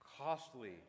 costly